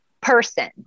person